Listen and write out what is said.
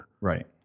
Right